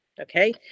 okay